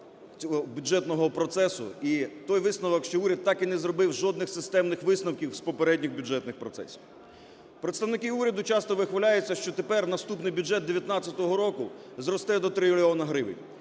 і той висновок, що уряд так і не зробив жодних системних висновків з попередніх бюджетних процесів. Представники уряду часто вихваляються, що тепер наступний бюджет, 19-го року, зросте до трильйона гривень.